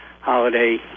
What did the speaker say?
holiday